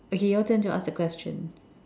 okay your turn to ask the question